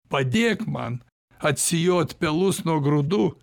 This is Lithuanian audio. padėk man atsijot pelus nuo grūdų